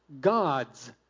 gods